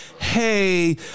Hey